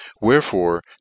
wherefore